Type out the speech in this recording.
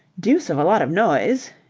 deuce of a lot of noise,